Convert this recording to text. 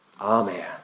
Amen